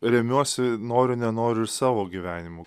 remiuosi noriu nenoriu ir savo gyvenimu